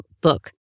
book